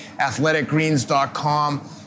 Athleticgreens.com